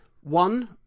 One